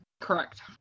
correct